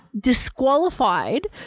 disqualified